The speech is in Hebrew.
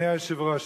אדוני היושב-ראש,